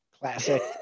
classic